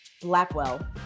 Blackwell